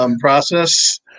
process